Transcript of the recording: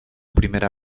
primera